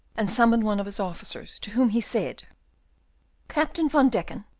and summoned one of his officers, to whom he said captain van deken,